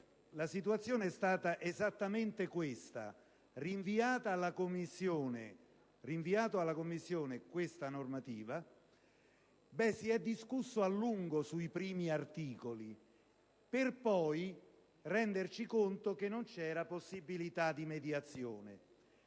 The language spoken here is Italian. la situazione è stata esattamente questa. Rinviata questa normativa alla Commissione, si è discusso a lungo sui primi articoli, per poi renderci conto che non vi era possibilità di mediazione.